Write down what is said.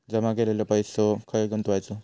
जमा केलेलो पैसो खय गुंतवायचो?